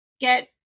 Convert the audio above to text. get